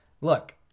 look